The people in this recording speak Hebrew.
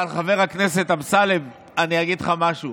אבל חבר הכנסת אמסלם, אני אגיד לך משהו: